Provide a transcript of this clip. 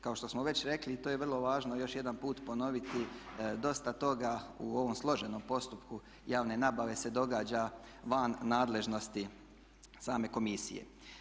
Kao što smo već rekli i to je vrlo važno još jedan put ponoviti dosta toga u ovom složenom postupku javne nabave se događa van nadležnosti same komisije.